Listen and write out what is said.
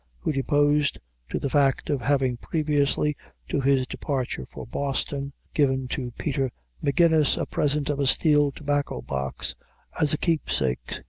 who deposed to the fact of having, previously to his departure for boston, given to peter magennis a present of a steel tobacco-box as a keep-sake,